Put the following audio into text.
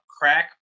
crack